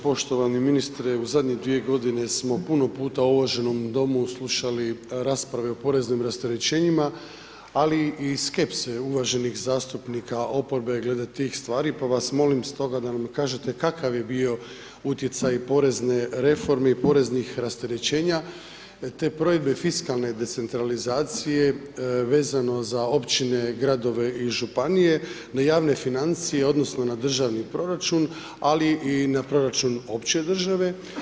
Poštovani ministre, u zadnje dvije godine smo puno puta u uvaženom Domu slušali rasprave o poreznim rasterećenjima, ali i skepse uvaženih zastupnika oporbe glede tih stvari, pa vas molim stoga da mi kažete kakav je bio utjecaj porezne reforme i poreznih rasterećenja, te provedbe fiskalne decentralizacije vezano za općine, gradove i županije, na javne financije odnosno na državni proračun, ali i na proračun opće države.